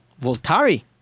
Voltari